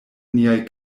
niaj